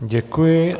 Děkuji.